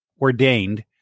ordained